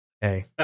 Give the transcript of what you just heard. Hey